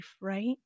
right